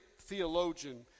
theologian